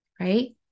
right